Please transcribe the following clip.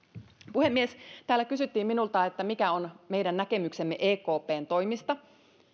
puhemies täällä kysyttiin minulta mikä on meidän näkemyksemme ekpn toimista